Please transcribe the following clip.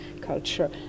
culture